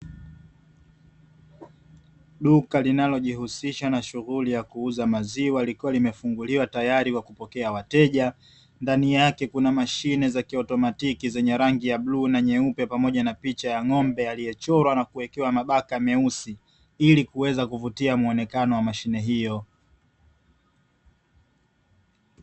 Duka linalojihusisha na shughuli ya kuuza maziwa likiwa limefunguliwa tayari kwa kupokea wateja, ndani yake kuna mashine za kiotomatiki zenye rangi ya bluu na nyeupe pamoja na picha ya ng’ombe aliyechorwa na kuwekewa mabaka meusi, ili kuweza kuvutia muonekano wa mashine hiyo.